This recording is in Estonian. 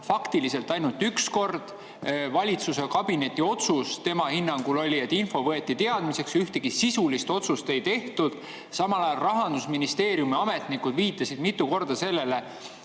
faktiliselt ainult üks kord. Valitsuskabineti otsus tema hinnangul oli, et info võeti teadmiseks, ühtegi sisulist otsust ei tehtud. Samal ajal Rahandusministeeriumi ametnikud viitasid mitu korda sellele,